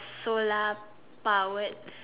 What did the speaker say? solar powered